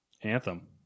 Anthem